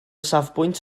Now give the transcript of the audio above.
safbwynt